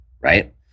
right